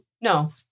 No